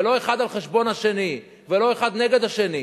ולא האחד על חשבון השני או האחד נגד השני.